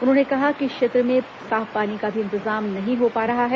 उन्होंने कहा कि क्षेत्र में साफ पानी का भी इंतजाम नहीं हो पा रहा है